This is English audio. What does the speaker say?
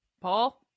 Paul